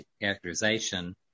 characterization